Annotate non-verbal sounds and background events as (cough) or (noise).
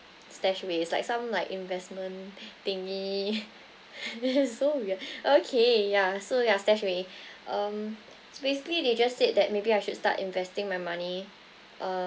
stashaway it's like some like investment thingy (laughs) so weird okay ya so ya stashaway (breath) um so basically they just said that maybe I should start investing my money